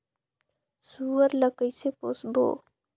सुअर ला कइसे पोसबो?